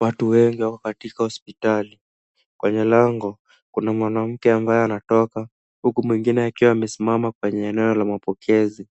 Watu wengi wako katika hospitali. Kwenye lango, kuna mwanamke ambaye anatoka, huku mwingine akiwa amesimama kwenye eneo la mapokezi.